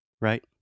right